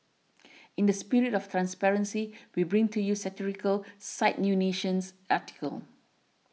in the spirit of transparency we bring to you satirical site New Nation's article